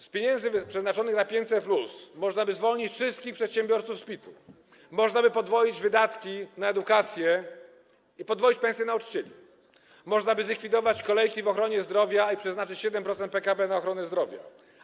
Z pieniędzy przeznaczonych na 500+ można by zwolnić wszystkich przedsiębiorców z PIT-u, można by podwoić wydatki na edukację i podwoić pensje nauczycieli, można by zlikwidować kolejki w ochronie zdrowia i przeznaczyć 7% PKB na ochronę zdrowia.